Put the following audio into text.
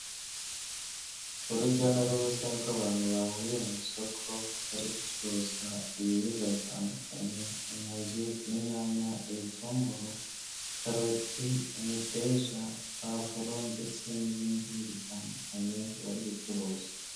Urujya n'uruza rw'abantu bahuriye mu isoko bari gucuruza ibiribwa bitandukanye: intoryi, inyanya, ibitunguru, karoti, imiteja, pavuro ndetse n'ibindi bitandukanye bari gucuruza.